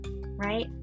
right